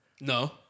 No